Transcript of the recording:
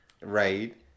Right